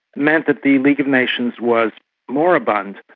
meant that the league of nations was moribund,